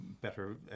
better